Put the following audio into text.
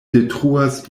detruas